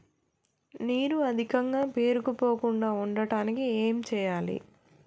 నీరు అధికంగా పేరుకుపోకుండా ఉండటానికి ఏం చేయాలి?